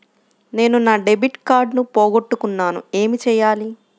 నేను నా debit card పోగొట్టుకున్నాను ఏమి చేయాలి?